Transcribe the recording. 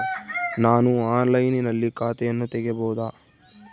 ನಾನು ಆನ್ಲೈನಿನಲ್ಲಿ ಖಾತೆಯನ್ನ ತೆಗೆಯಬಹುದಾ?